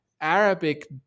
Arabic